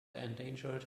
endangered